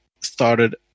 started